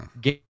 Game